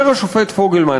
אומר השופט פוגלמן,